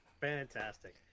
Fantastic